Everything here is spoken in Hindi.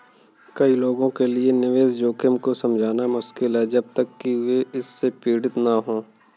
कई लोगों के लिए निवेश जोखिम को समझना मुश्किल है जब तक कि वे इससे पीड़ित न हों